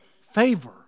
favor